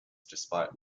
despite